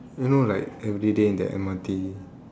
you know like everyday in the M_R_T